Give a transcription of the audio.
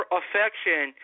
affection